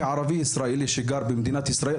כערבי ישראלי שגם במדינת ישראל,